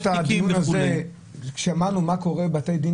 בעקבות הדיון הזה שמענו מה קורה בבתי דין